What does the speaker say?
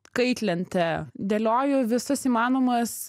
kaitlentę dėlioju visas įmanomas